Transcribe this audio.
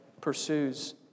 pursues